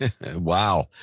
wow